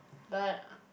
but